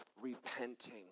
repenting